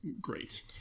great